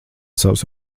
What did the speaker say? savas